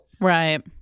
Right